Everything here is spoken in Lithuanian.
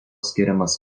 skiriamas